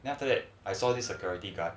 then after that I saw the security guard